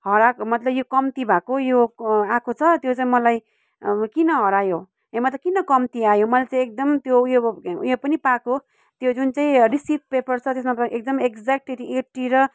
हराएको मतलब यो कम्ती भएको यो आएको छ त्यो चाहिँ मलाई अब किन हरायो मतलब किन कम्ती आयो मलाई त एकदमै त्यो उयो उयो पनि पाएको त्यो जुन चाहिँ रिसिभ पेपर छ त्यसमा त एकदम एकजेक्ट एटी र